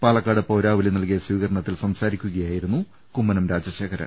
പാലക്കാട് പൌരാവലി നൽകിയ സ്വീകരണത്തിൽ സംസാരിക്കുകയായിരുന്നു കുമ്മനം രാജശേഖരൻ